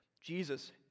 Jesus